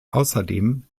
außerdem